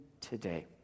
today